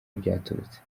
byaturutse